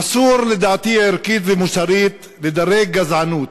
אסור, לדעתי הערכית והמוסרית, לדרג גזענות.